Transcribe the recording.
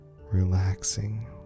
relaxing